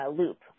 loop